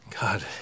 God